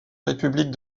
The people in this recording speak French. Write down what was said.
république